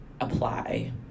apply